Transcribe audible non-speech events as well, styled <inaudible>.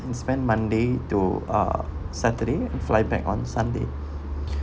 and spend monday to uh saturday and fly back on sunday <breath>